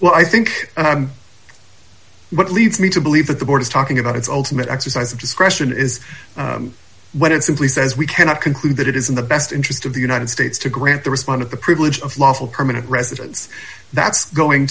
well i think what leads me to believe that the board is talking about its ultimate exercise of discretion is when it simply says we cannot conclude that it is in the best interest of the united states to grant the respondent the privilege of lawful permanent residence that's going